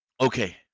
Okay